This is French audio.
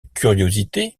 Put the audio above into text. curiosité